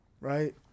right